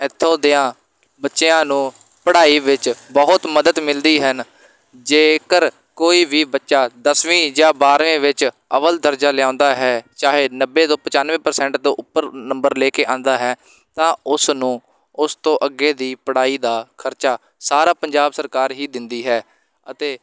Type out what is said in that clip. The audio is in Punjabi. ਇੱਥੋਂ ਦਿਆਂ ਬੱਚਿਆਂ ਨੂੰ ਪੜ੍ਹਾਈ ਵਿੱਚ ਬਹੁਤ ਮਦਦ ਮਿਲਦੀ ਹਨ ਜੇਕਰ ਕੋਈ ਵੀ ਬੱਚਾ ਦਸਵੀਂ ਜਾਂ ਬਾਰ੍ਹਵੀਂ ਵਿੱਚ ਅਵੱਲ ਦਰਜਾ ਲਿਆਉਂਦਾ ਹੈ ਚਾਹੇ ਨੱਬੇ ਤੋਂ ਪਚਾਨਵੇਂ ਪ੍ਰਸੈਂਟ ਤੋਂ ਉੱਪਰ ਨੰਬਰ ਲੈ ਕੇ ਆਉਂਦਾ ਹੈ ਤਾਂ ਉਸਨੂੰ ਉਸ ਤੋਂ ਅੱਗੇ ਦੀ ਪੜ੍ਹਾਈ ਦਾ ਖਰਚਾ ਸਾਰਾ ਪੰਜਾਬ ਸਰਕਾਰ ਹੀ ਦਿੰਦੀ ਹੈ ਅਤੇ